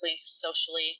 socially